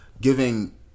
giving